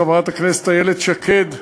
חברת הכנסת איילת שקד,